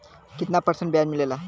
कितना परसेंट ब्याज मिलेला?